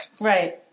right